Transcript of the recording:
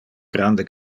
grande